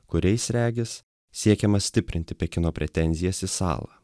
kuriais regis siekiama stiprinti pekino pretenzijas į salą